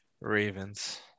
Ravens